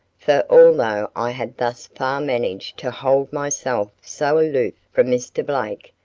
for although i had thus far managed to hold myself so aloof from mr. blake,